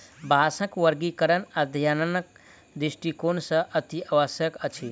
बाँसक वर्गीकरण अध्ययनक दृष्टिकोण सॅ अतिआवश्यक अछि